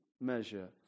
measure